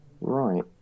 Right